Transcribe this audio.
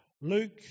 Luke